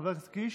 חבר הכנסת קיש,